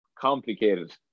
complicated